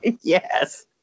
Yes